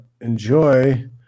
Enjoy